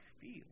feel